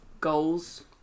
goals